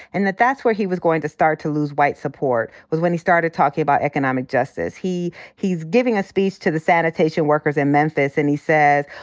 and that that's where he was going to start to lose white support, was when he started talking about economic justice. he's he's giving a speech to the sanitation workers in memphis. and he says,